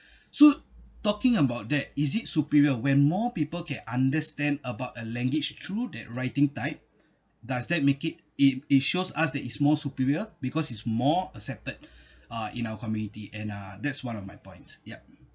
so talking about that is it superior when more people can understand about a language through that writing type does that make it it it shows us that it's more superior because it's more accepted uh in our community and uh that's one of my points yup